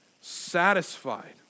satisfied